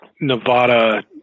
Nevada